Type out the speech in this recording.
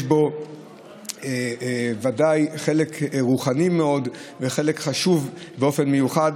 יש בו בוודאי חלק רוחני מאוד וחלק חשוב באופן מיוחד